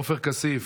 עופר כסיף.